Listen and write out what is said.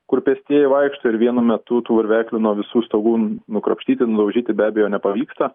kur pėstieji vaikšto ir vienu metu tų varveklių nuo visų stogų nukrapštyti nudaužyti be abejo nepavyksta